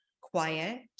quiet